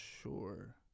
sure